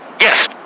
Yes